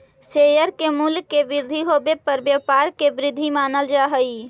share के मूल्य के वृद्धि होवे पर व्यापार के वृद्धि मानल जा हइ